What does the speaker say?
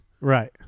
Right